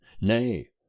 nay